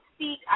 speak